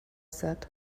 said